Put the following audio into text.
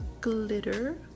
glitter